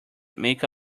make